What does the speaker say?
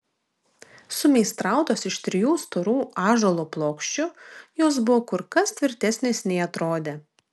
sumeistrautos iš trijų storų ąžuolo plokščių jos buvo kur kas tvirtesnės nei atrodė